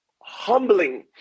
humbling